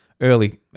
early